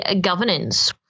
governance